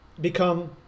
become